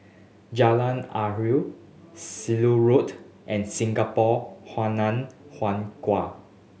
Jalan Harum Ceylon Road and Singapore Hainan Hwee Kuan